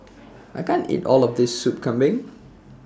I can't eat All of This Soup Kambing